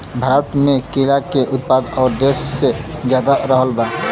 भारत मे केला के उत्पादन और देशो से ज्यादा रहल बा